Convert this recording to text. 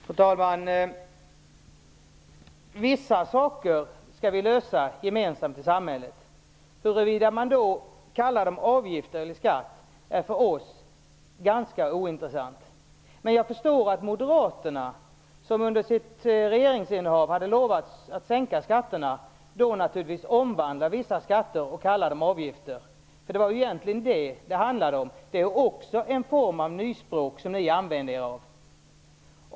Fru talman! Vissa saker skall vi lösa gemensamt i samhället. Huruvida man då kallar det avgifter eller skatt är för oss ganska ointressant. Men jag förstår att moderaterna, som under sitt regeringsinnehav hade lovat att sänka skatterna, omvandlar vissa skatter och kallar dem avgifter. Det var ju egentligen det som det handlade om. Det är också en form av nyspråk som ni använder er av.